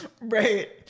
Right